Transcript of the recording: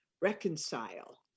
reconcile